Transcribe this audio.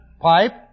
pipe